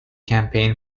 campaign